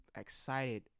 excited